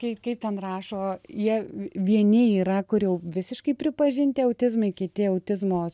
kaip kaip ten rašo jie vieni yra kur jau visiškai pripažinti autizmai kiti autizmo